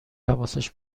حواسش